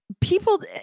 People